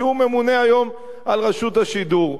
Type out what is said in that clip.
שהוא הממונה היום על רשות השידור.